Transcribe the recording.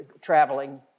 traveling